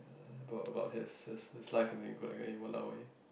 about about his his his life and everything and you go like !walao! eh